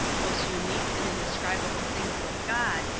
those unique and indescribable things of god,